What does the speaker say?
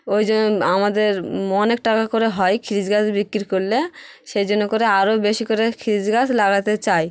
ওই যে আমাদের অনেক টাকা করে হয় খিরিস গাছ বিক্রি করলে সেই জন্য করে আরো বেশি করে খিরিস গাছ লাগাতে চাই